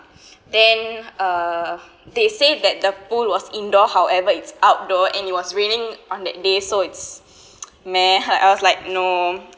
then uh they said that the pool was indoor however it's outdoor and it was raining on that day so it's meh ha I was like no